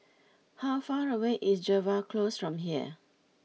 how far away is Jervois Close from here